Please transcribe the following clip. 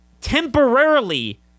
temporarily